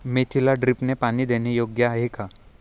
मेथीला ड्रिपने पाणी देणे योग्य आहे का?